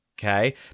okay